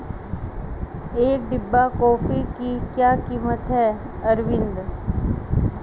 एक डिब्बा कॉफी की क्या कीमत है अरविंद?